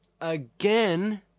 Again